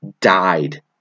died